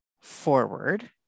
forward